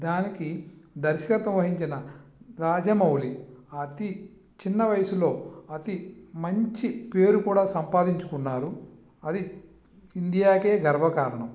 దానికి దర్శకత్వం వహించిన రాజమౌళి అతి చిన్న వయసులో అతి మంచి పేరు కూడా సంపాదించుకున్నారు అది ఇండియాకే గర్వకారణం